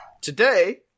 Today